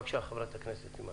בבקשה, חברת הכנסת אימאן.